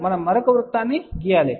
మనం మరొక వృత్తాన్ని గీయాలి